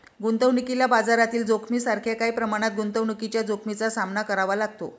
गुंतवणुकीला बाजारातील जोखमीसारख्या काही प्रमाणात गुंतवणुकीच्या जोखमीचा सामना करावा लागतो